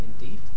indeed